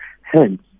Hence